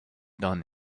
done